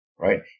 Right